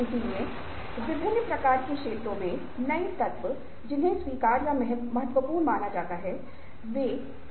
इसलिए विभिन्न प्रकार के क्षेत्रों में नए तत्व जिन्हें स्वीकार या महत्वपूर्ण माना जाता है वे हैं जो हम उदारतापूर्वक एक महत्वपूर्ण रचनात्मक योगदान के रूप में मानते हैं